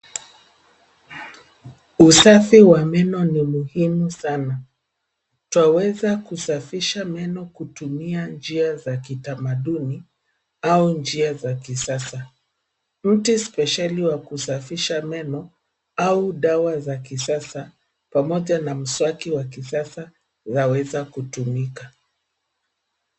Usafi wa meno ni muhimu sana. Twaweza kusafisha meno kutumia njia za kitamaduni au njia za kisasa. Mti spesheli wa kusafisha meno au dawa za kisasa pamoja na mswaki wa kisasa zaweza kutumika.